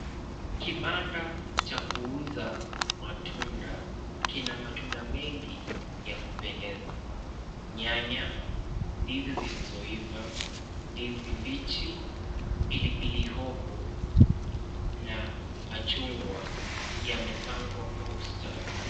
Kibanda cha kuuza matunda kina matunda mengi ya kupendeza. Nyanya, ndizi zilizoiva, ndizi mbichi, pilipili hoho na machungwa yamepangwa kwa ustadi.